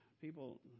people